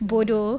bodoh